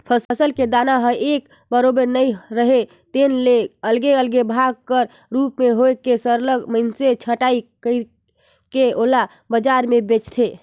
फसल के दाना ह एके बरोबर नइ राहय तेन ले अलगे अलगे भाग कर रूप में होए के सरलग मइनसे छंटई कइर के ओला बजार में बेंचथें